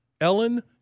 Ellen